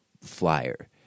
flyer